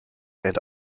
and